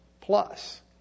Plus